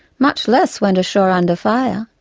much less went ashore under fire.